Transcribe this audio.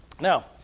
Now